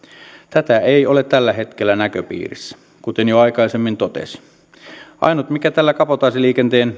tätä ei ole tällä hetkellä näköpiirissä kuten jo aikaisemmin totesin ainut mikä tällä kabotaasiliikenteen